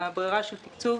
היא ברירה של תקצוב